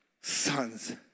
sons